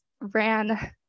ran